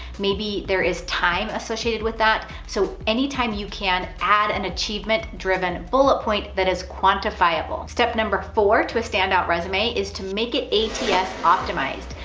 maybe there is time associated with that, so any time you can add an achievement-driven bullet point that is quantifiable. step number four to a stand-out resume is to make it ats optimized.